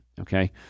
okay